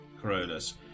corollas